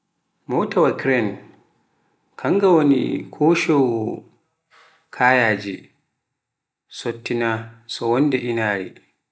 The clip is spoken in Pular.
mottawa krane, kannga wone koshoowo nga kayaaji, sottina so wande inaare.